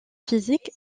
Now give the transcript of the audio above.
physique